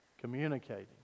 Communicating